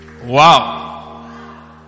wow